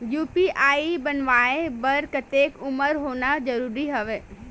UPI बनवाय बर कतेक उमर होना जरूरी हवय?